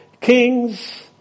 kings